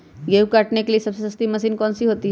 गेंहू काटने के लिए सबसे सस्ती मशीन कौन सी होती है?